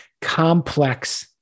complex